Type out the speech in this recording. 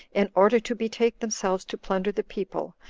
in order to betake themselves to plunder the people,